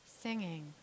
singing